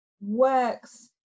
works